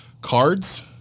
cards